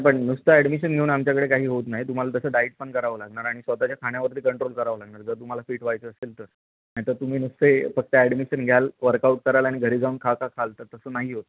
पण नुसतं ॲडमिशन घेऊन आमच्याकडे काही होत नाही तुम्हाला तसं डाईट पण करावं लागणार आणि स्वतःच्या खाण्यावरती कंट्रोल करावं लागणार जर तुम्हाला फिट व्हायचं असेल तर नाहीतर तुम्ही नुसते फक्त ॲडमिशन घ्याल वर्कआउट कराल आणि घरी जाऊन खाखा खाल तर तसं नाही होत